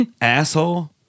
asshole